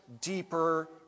deeper